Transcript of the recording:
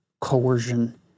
coercion